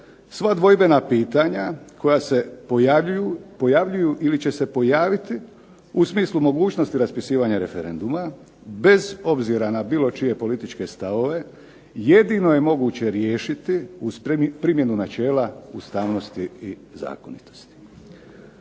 sva dvojbena pitanja koja se pojavljuju ili će se pojaviti u smislu mogućnosti raspisivanja referenduma, bez obzira na bilo čije političke stavove, jedino je moguće riješiti uz primjenu načela ustavnosti i zakonitosti.